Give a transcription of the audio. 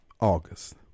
August